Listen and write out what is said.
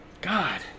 God